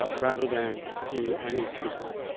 ah rather than any secret.